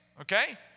Okay